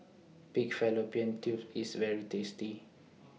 Pig Fallopian Tubes IS very tasty